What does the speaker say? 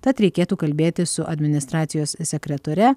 tad reikėtų kalbėtis su administracijos sekretore